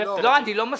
לא, אני לא מספיק.